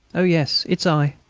oh, yes, it's i.